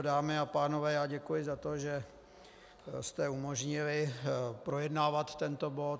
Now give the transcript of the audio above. Dámy a pánové, děkuji za to, že jste umožnili projednávat tento bod.